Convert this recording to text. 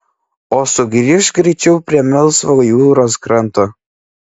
o sugrįžk greičiau prie melsvo jūros kranto